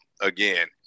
Again